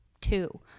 two